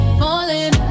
falling